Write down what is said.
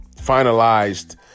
finalized